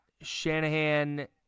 Shanahan